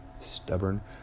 stubborn